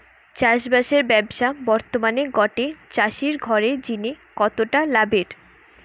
চাষবাসের ব্যাবসা বর্তমানে গটে চাষি ঘরের জিনে কতটা লাভের?